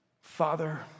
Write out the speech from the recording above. Father